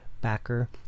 backer